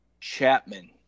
chapman